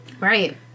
Right